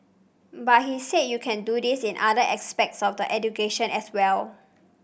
but he said you can do this in other aspects of the education as well